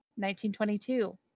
1922